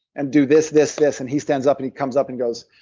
and do this, this, this. and he stands up and he comes up and goes,